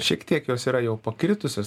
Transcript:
šiek tiek jos yra jau pakritusios nu